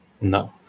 No